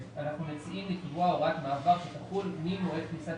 אנחנו מציעים לקבוע הוראת מעבר שתחול ממועד כניסת